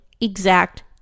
exact